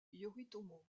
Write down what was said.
yoritomo